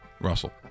Russell